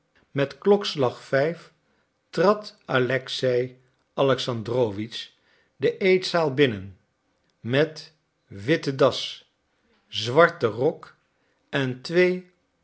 met klokslag vijf trad alexei alexandrowitsch de eetzaal binnen met witten das zwarten rok en twee